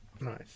Nice